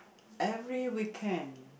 every weekend